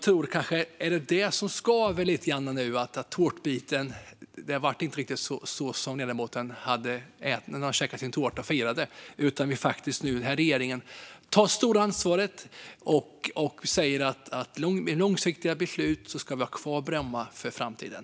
Är det vad som skaver lite grann nu? Tårtbiten blev inte som när ledamoten käkade sin tårta och firade. Regeringen tar nu det stora ansvaret och säger att vi nu med långsiktiga beslut ska ha kvar Bromma för framtiden.